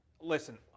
Listen